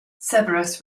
severus